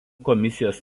komisijos